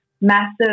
massive